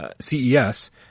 CES